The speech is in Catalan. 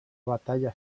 batalla